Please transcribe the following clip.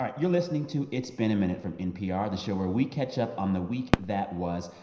um you're listening to it's been a minute from npr, the show where we catch up on the week that was.